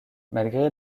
malgré